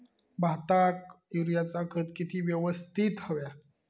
भाताक युरियाचा खत किती यवस्तित हव्या?